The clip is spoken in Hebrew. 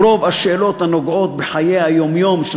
רוב השאלות הנוגעות בחיי היום-יום של